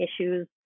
issues